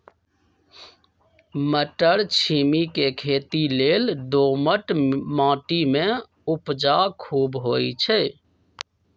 मट्टरछिमि के खेती लेल दोमट माटी में उपजा खुब होइ छइ